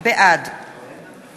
בעד